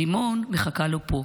רימון מחכה לו פה.